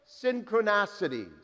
synchronicities